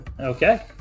Okay